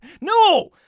No